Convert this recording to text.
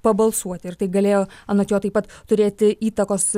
pabalsuoti ir tai galėjo anot jo taip pat turėti įtakos